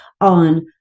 on